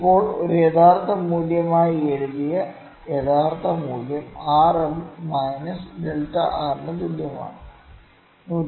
ഇപ്പോൾ ഒരു യഥാർത്ഥ മൂല്യമായി എഴുതിയ യഥാർത്ഥ മൂല്യം R m minus delta R ന് തുല്യമാണ് 102